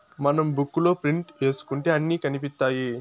మనం బుక్ లో ప్రింట్ ఏసుకుంటే అన్ని కనిపిత్తాయి